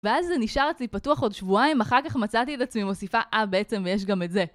ואז זה נשאר אצלי פתוח עוד שבועיים, אחר כך מצאתי לעצמי מוסיפה אה בעצם, ויש גם את זה.